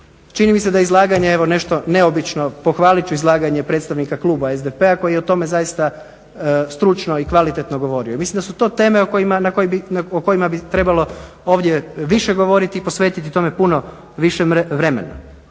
Čini mi se da je izlaganje evo nešto neobično, pohvalit ću izlaganje predstavnika kluba SDP-a koji je o tome zaista stručno i kvalitetno govorio. I mislim da su to teme o kojima bi trebalo ovdje više govoriti i posvetiti tome puno više vremena.